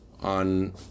on